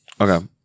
Okay